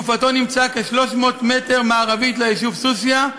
גופתו נמצאה כ-300 מטר מערבית ליישוב סוסיא,